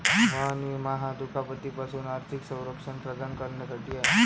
वाहन विमा हा दुखापती पासून आर्थिक संरक्षण प्रदान करण्यासाठी आहे